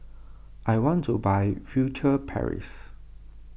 I want to buy Furtere Paris